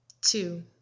Two